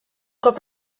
cop